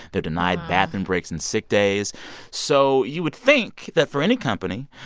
they're denied bathroom breaks and sick days so you would think that for any company,